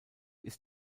ist